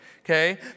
Okay